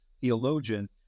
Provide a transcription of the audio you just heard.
theologian